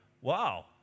wow